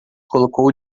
colocou